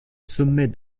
sommet